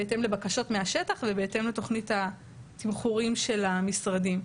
בהתאם לבקשות מהשטח ובהתאם לתוכנית התמחורים של המשרדים.